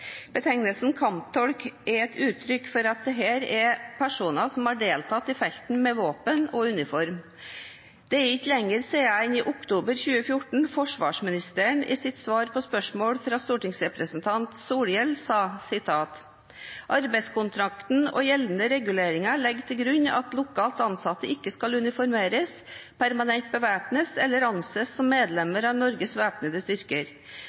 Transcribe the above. Betegnelsen kamptolk er et uttrykk for at dette er personer som har deltatt i felten med våpen og uniform. Det er ikke lenger siden enn i oktober 2014 at forsvarsministeren i sitt svar på spørsmål fra stortingsrepresentant Bård Vegar Solhjell, sa: «Arbeidskontrakten og gjeldende reguleringer legger til grunn at lokalt ansatte ikke skal uniformeres, permanent bevæpnes, eller anses som medlemmer av Norges væpnede styrker.